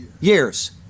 years